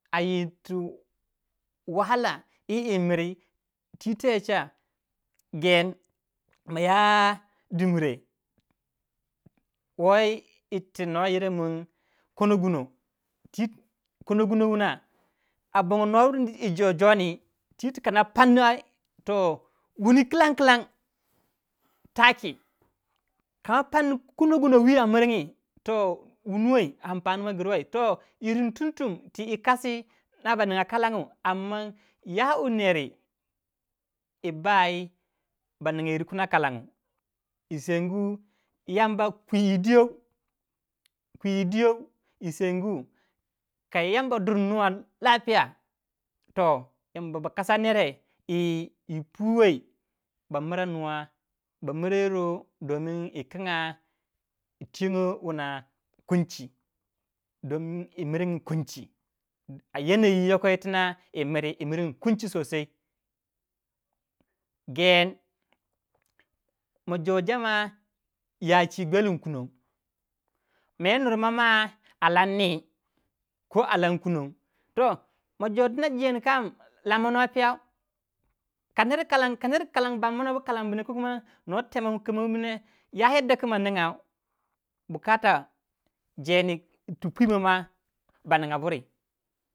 Twi teye cha. gen, maya dimbre woi yir tu no yir min kono guno twi. kono guno wuna a bongo nwo bu yi jor jondi tiw twe konor panni wuni wan klanklan. kama panni kono guno whi a miringi toh wunuwei ampani mo griuwei irin tum tum ti yi kasi no ba ninga kalang amman ya ner wu bai baninga yiru kina kalangu. yi sengu yamba kui diyouu yi sengu yamba kwi yi diyou yi sengu ka yamba dur nuwa lafiya yamba ba kasa nere ba mira nuwa ba mira yiro domin yikinga yitiongo wuna domin yi miringi yoko yiri na yi miringi yanayi gen, ma jor jama ya chwi gwelingin kunon. mo yi nurmamma a lang nyi ko kunon toh ba jo tina jendi kam lammno piyau kaner kalang bammo bne ko kuma kano temakamunbune ya yadda ku maningau bukata jendi ti pwima ma baninga buri.